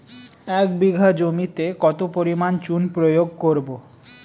এক বিঘা জমিতে কত পরিমাণ চুন প্রয়োগ করব?